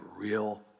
real